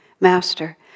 Master